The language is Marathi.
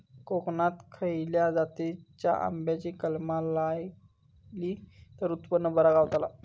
कोकणात खसल्या जातीच्या आंब्याची कलमा लायली तर उत्पन बरा गावताला?